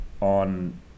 on